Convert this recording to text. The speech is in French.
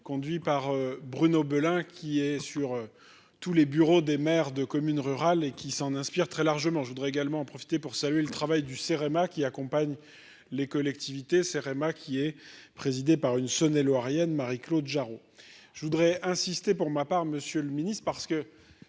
conduit par Bruno Belin, qui est sur tous les bureaux des maires de communes rurales et qui s'en inspire très largement je voudrais également en profiter pour saluer le travail du CEREMA qui accompagne les collectivités seraient ma qui est présidé par une sonner Laurianne, Marie-Claude Jarrot, je voudrais insister pour ma part, Monsieur le Ministre parce que